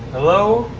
hello